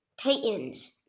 Titans